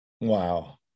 Wow